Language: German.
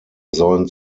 sollen